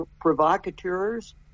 Provocateurs